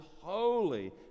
holy